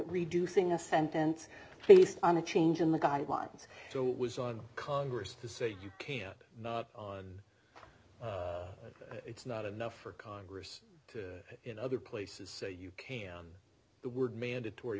reducing a sentence based on a change in the guidelines so was on congress to say you can not it's not enough for congress in other places so you can the word mandatory